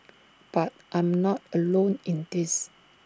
but I'm not alone in this